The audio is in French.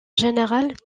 général